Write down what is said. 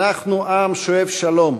אנחנו עם שואף שלום.